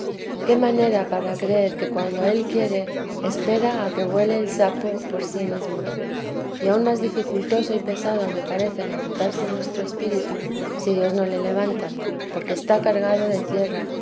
qué manera para creer que cuando él quiere espera a que vuele el sapo por sí mesmo y aun más dificultoso y pesado me parece levantarse nuestro espíritu si dios no le levanta porque está cargado de tierra